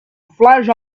flash